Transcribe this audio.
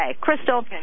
Crystal